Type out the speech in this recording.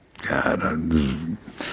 God